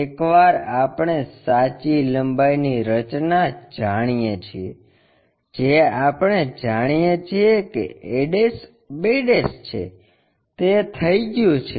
એકવાર આપણે સાચી લંબાઈની રચના જાણીએ છીએ જે આપણે જાણીએ છીએ કે a b છે તે થઈ ગયું છે